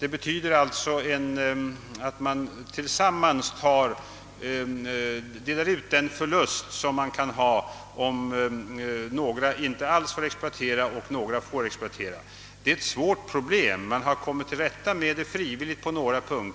Man delar alltså på den förlust som kan uppstå genom att några inte alls får exploatera och andra får exploatera. Det är ett svårt problem. Man har kommit till rätta med det frivilligt på några ställen,